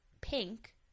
pink